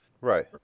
right